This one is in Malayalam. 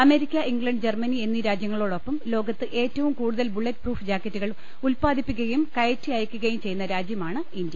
അമേരിക്ക ഇംഗ്ലണ്ട് ജർമനി എന്നീ രാജ്യങ്ങളോടൊപ്പം ലോകത്ത് ഏറ്റവും കൂടുതൽ ബുള്ളറ്റ് പ്രൂഫ് ജാക്കറ്റുകൾ ഉൽപാ ദിപ്പിക്കുകയും കയറ്റി അയക്കുകയും ചെയ്യുന്ന രാജ്യമാണ് ഇന്ത്യ